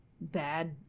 bad